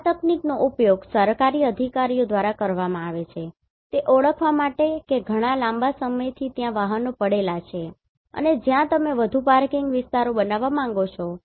આ તકનીકનો ઉપયોગ સરકારી અધિકારીઓ દ્વારા કરવામાં આવે છે તે ઓળખવા માટે કે ઘણા લાંબા સમયથી ત્યાં કયા વાહનો પડેલા છે અને જ્યાં તમે વધુ પાર્કિંગ વિસ્તારો બનાવવા માંગો છો